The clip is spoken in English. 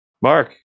Mark